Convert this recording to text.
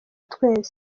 twese